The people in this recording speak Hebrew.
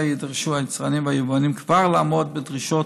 יידרשו היצרנים והיבואנים כבר לעמוד בדרישות